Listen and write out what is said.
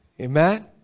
Amen